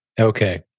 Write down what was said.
Okay